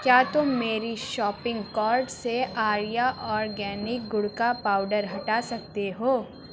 کیا تم میری شاپنگ کارٹ سے آریہ اورگینک گڑ کا پاؤڈر ہٹا سکتے ہو